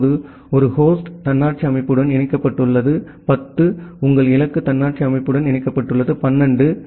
இப்போது ஒரு ஹோஸ்ட் தன்னாட்சி அமைப்புடன் இணைக்கப்பட்டுள்ளது 10 உங்கள் இலக்கு தன்னாட்சி அமைப்புடன் இணைக்கப்பட்டுள்ளது 12